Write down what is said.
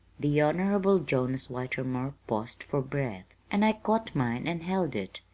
the honorable jonas whitermore paused for breath, and i caught mine and held it.